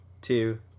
two